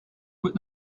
would